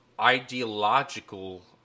ideological